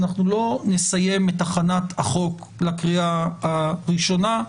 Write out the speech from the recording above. אנחנו לא נסיים הכנת החוק לקריאה ראשונה.